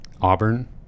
Auburn